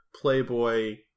playboy